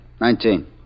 Nineteen